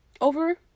over